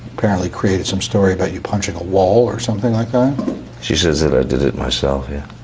apparently created some story about you punching a wall or something like um she says that i did it myself, yeah.